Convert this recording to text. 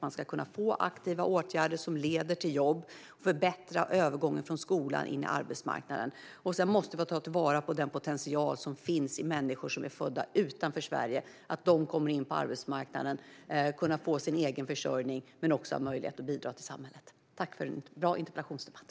Man ska kunna få aktiva åtgärder som leder till jobb och som förbättrar övergången från skolan till arbetsmarknaden. Vi måste också ta till vara den potential som finns i människor som är födda utanför Sverige. De ska komma in på arbetsmarknaden, få egen försörjning men också ha möjlighet att bidra till samhället. Jag vill tacka för en bra interpellationsdebatt.